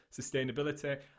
sustainability